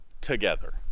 together